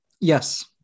Yes